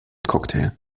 cocktail